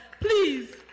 Please